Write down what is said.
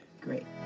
Great